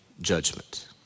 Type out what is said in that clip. judgment